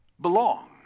Belong